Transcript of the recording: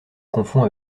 confond